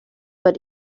but